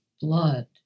blood